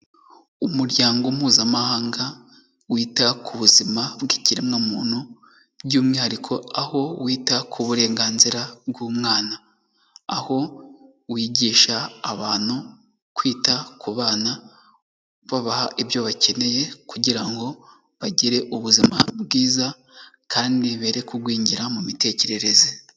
Umuryango mpuzamahanga wita ku buzima bw'ikiremwamuntu by'umwihariko aho wita ku burenganzira bw'umwana, aho wigisha abantu kwita ku bana babaha ibyo bakeneye kugira ngo bagire ubuzima bwiza kandi be kugwingira mu mitekerereze.